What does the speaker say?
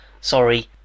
sorry